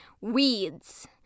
weeds